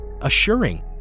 assuring